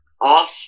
off